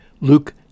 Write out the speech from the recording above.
Luke